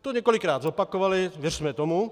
To několikrát zopakovali, věřme tomu.